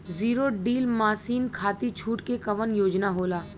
Zero till machine खाती छूट के कवन योजना होला?